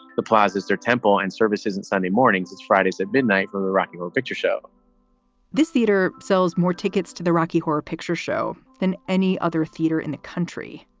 the plaza is their temple and services. and sunday mornings, it's fridays at midnight or the rocky horror picture show this theater sells more tickets to the rocky horror picture show than any other theater in the country.